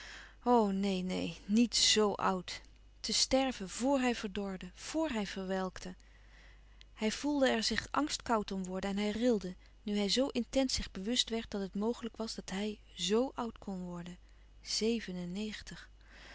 neen neen niet zo oud te sterven vor hij verdorde vor hij verwelkte hij voelde er zich angstkoud om worden en hij rilde nu hij zoo intens zich bewust werd dat het mogelijk was dat hij zo oud kon worden zeven en negentig